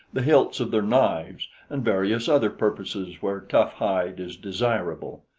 the hilts of their knives and various other purposes where tough hide is desirable.